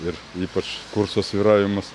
ir ypač kurso svyravimas